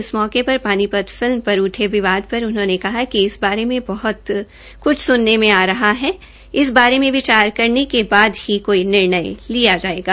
इस मौके पर पानीपत फिल्म पर उठे विवाद पर उन्होंने कहा कि इस बारे में बह्त कुछ सुनने में आ रहा है इस बारे मे विचार करने के बाद ही कोई निर्णय लिया जायेगा